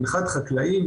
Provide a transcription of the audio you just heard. מנחת חקלאי,